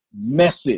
Message